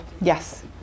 Yes